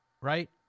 right